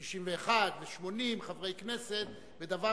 61 ו-80 חברי כנסת לדבר